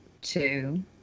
two